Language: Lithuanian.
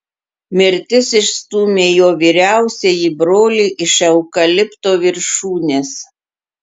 mirtis išstūmė jo vyriausiąjį brolį iš eukalipto viršūnės